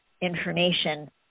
information